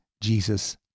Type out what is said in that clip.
Jesus